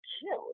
cute